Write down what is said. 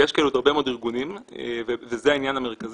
ויש כאלה עוד הרבה מאוד ארגונים וזה העניין המרכזי.